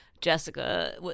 Jessica